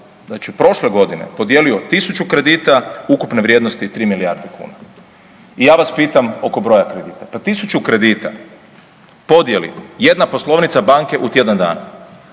znači prošle godine podijelio 1000 kredita ukupne vrijednosti 3 milijarde kuna. I ja vas pitam oko broja kredita. Pa 1000 kredita podijeli jedna poslovnica banke u tjedan dana.